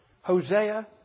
Hosea